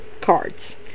cards